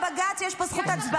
ולבג"ץ אין פה זכות הצבעה.